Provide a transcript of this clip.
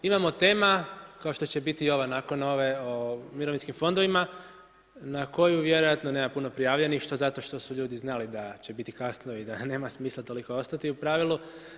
Imamo tema kao što će biti ova nakon ove o Mirovinskim fondovima, na koju vjerojatno nema puno prijavljenih što zato što su ljudi znali da će biti kasno i da nema smisla toliko ostati u pravilu.